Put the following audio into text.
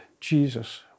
Jesus